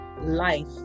life